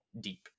deep